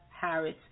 Harris